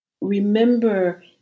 Remember